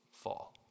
fall